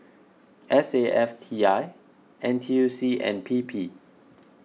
S A F T I N T U C and P P